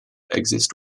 exist